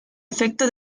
efecto